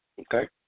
Okay